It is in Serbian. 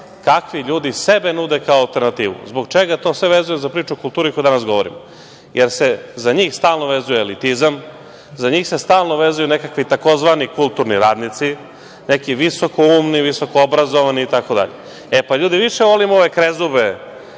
kakvi ljudi sebe nude kao alternativu. Zbog čega to sve vezujem za priču o kulturi o kojoj danas govorimo? Jer se za njih stalno vezuje elitizam, za njih se stalno vezuju nekakvi tzv. kulturni radnici, neki visokoumni, visokoobrazovani, itd.E, pa, ljudi, više volim ove krezube